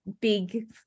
big